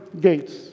gates